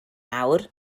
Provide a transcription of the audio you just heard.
nawr